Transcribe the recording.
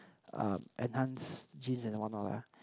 um enhanced genes and what not lah